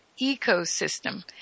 ecosystem